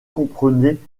comprenait